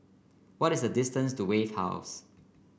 what is the distance to Wave House